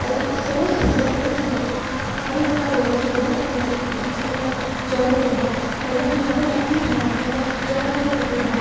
আৰু কেৱল শিৱদৌলে নহয় আৰু এনেকুৱা দৌল আছে বহুত দৌল আছে যিবিলাক জয়দৌল হওক নাইবা শিৱসাগৰ পুখুৰী হওক নাইবা জয়সাগৰ পুখুৰী হওক